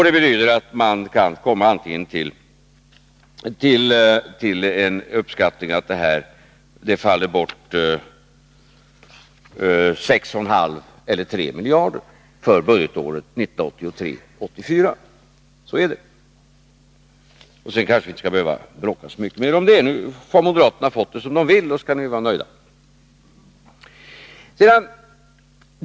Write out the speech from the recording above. Det betyder att man kan komma till en uppskattning att det faller bort antingen 6,5 eller 3 miljarder för budgetåret 1983/84. Så är det. Sedan kanske vi inte skall behöva bråka så mycket mer om det. Nu har moderaterna fått som de vill, och då kan de vara nöjda.